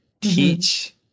teach